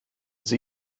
sie